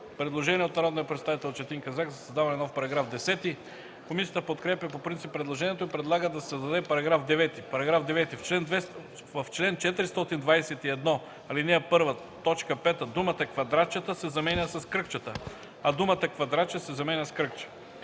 предложение от народния представител Четин Казак за създаването на нов § 10. Комисията подкрепя по принцип предложението и предлага да се създаде § 9: „§ 9. В чл. 421, ал. 1, т. 5 думата „квадратчета” се заменя с „кръгчета”, а думата „квадратче” се заменя с „кръгче”.”